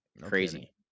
Crazy